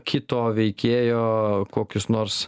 kito veikėjo kokius nors